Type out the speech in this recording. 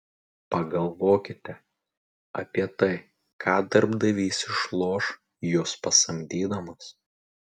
pagalvokite apie tai ką darbdavys išloš jus pasamdydamas